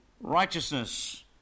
righteousness